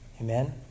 Amen